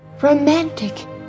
Romantic